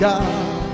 God